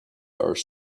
are